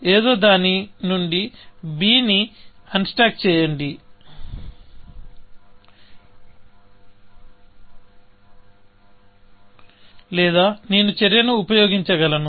ఏదో దాని నుండి b ని అన్స్టాక్ b చేయండి లేదా నేను చర్యను ఉపయోగించగలను